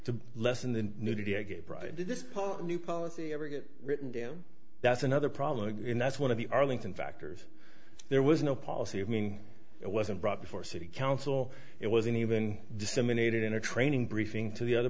to lessen the nudity a gay pride in this part of new policy ever written down that's another problem and that's one of the arlington factors there was no policy of being it wasn't brought before city council it wasn't even disseminated in a training briefing to the other